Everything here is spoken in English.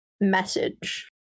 message